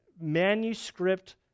manuscript